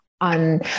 on